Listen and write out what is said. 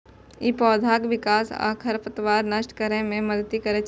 ई पौधाक विकास आ खरपतवार नष्ट करै मे मदति करै छै